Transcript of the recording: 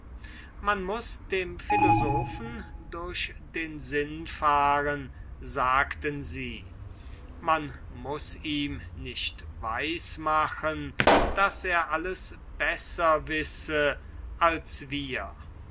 man muß dem philosophen durch den sinn fahren sagten sie man muß ihm nicht weis machen daß er alles besser wisse als wir